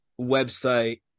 website